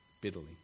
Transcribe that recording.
bitterly